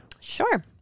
Sure